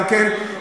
גם כן,